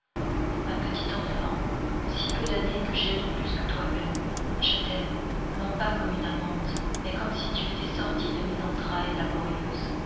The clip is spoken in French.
ma petite enfant si peu d'années que j'aie de plus que toi-même je t'aime non pas comme une amante mais comme si tu étais sortie de mes entrailles laborieuses